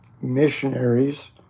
missionaries